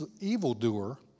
evildoer